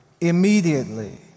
immediately